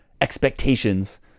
expectations